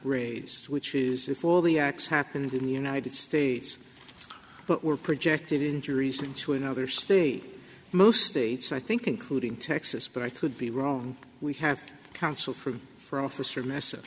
raised which is if all the acts happened in the united states but were projected injuries to another state most states i think including texas but i could be wrong we have counsel from for officer m